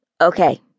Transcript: Okay